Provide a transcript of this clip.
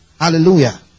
Hallelujah